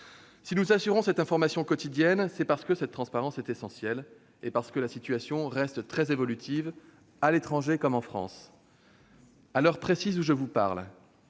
Si nous assurons cette information quotidienne, c'est parce que la transparence est essentielle, parce que la situation reste très évolutive, à l'étranger comme en France. À l'heure précise où je vous parle,